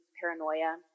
paranoia